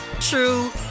true